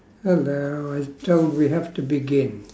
hello I thought we have to begin